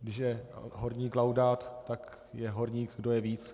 když je horník Laudát, tak je horník, kdo je víc.